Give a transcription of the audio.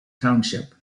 township